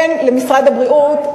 אין למשרד הבריאות,